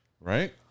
Right